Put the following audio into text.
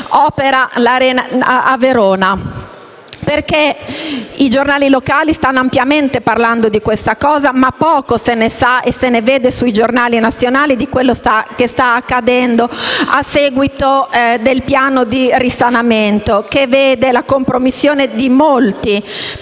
Arena di Verona. I giornali locali stanno ampiamente trattando la questione, ma poco se ne sa e si legge sui giornali nazionali di quanto sta accadendo a seguito del piano di risanamento, che vede la compromissione di molti